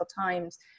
times